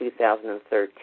2013